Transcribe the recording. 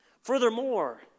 Furthermore